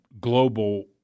global